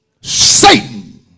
Satan